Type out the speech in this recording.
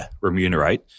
remunerate